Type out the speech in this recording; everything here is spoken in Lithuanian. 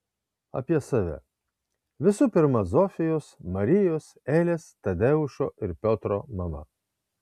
apie save visų pirma zofijos marijos elės tadeušo ir piotro mama